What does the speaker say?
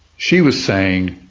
she was saying,